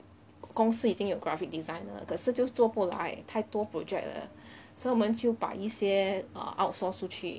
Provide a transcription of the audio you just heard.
公司已经有 graphic designer 可是就做不来太多 project 了 so 我们就把一些 err outsource 出去